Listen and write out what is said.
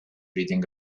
reading